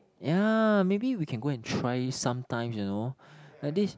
ya maybe we can go and try sometimes you know like this